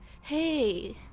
hey